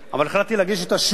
אבל החלטתי להגיש אותה שוב,